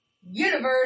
universe